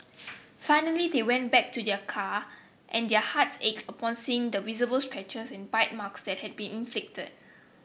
finally they went back to their car and their hearts ached upon seeing the visible scratches and bite marks that had been inflicted